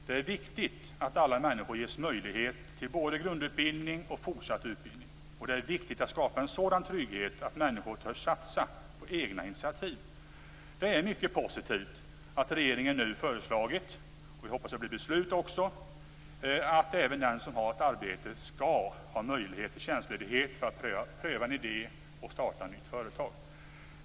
Det är viktigt att alla människor ges möjlighet till både grundutbildning och fortsatt utbildning. Det är viktigt att skapa en sådan trygghet att människor törs satsa på egna initiativ. Det är mycket positivt att regeringen nu föreslagit - jag hoppas att det blir beslut - att även den som har ett arbete skall ha möjlighet till tjänstledighet för att pröva en idé och starta ett nytt företag.